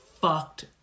fucked